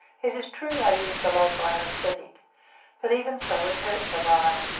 it is true they used a local anesthetic but even so, it hurt the lion,